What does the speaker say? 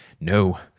no